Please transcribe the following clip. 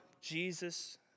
Jesus